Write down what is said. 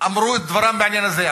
אמרו את דברם בעניין הזה,